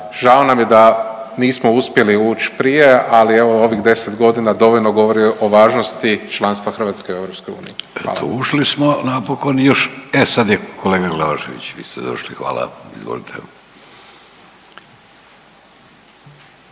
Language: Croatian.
žao nam je da nismo uspjeli ući prije, ali evo ovih 10 godina dovoljno govori o važnosti članstva Hrvatske u EU. **Vidović, Davorko (Socijaldemokrati)** Eto ušli smo napokon još. E sad je kolega Glavašević. Vi ste završili, hvala. Izvolite.